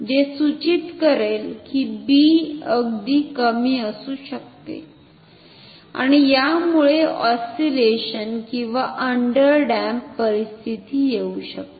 हे सूचित करेल की b अगदी कमी असू शकते आणि यामुळे ऑस्सिलेशन किंवा अंडर डॅम्प परिस्थिती येवु शकते